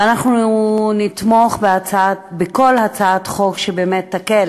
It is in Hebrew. ואנחנו נתמוך בכל הצעת חוק שבאמת תקל